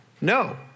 no